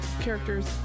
characters